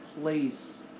place